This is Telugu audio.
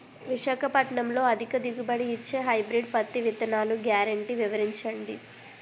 విశాఖపట్నంలో అధిక దిగుబడి ఇచ్చే హైబ్రిడ్ పత్తి విత్తనాలు గ్యారంటీ వివరించండి?